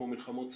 כמו מלחמות סחר,